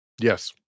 yes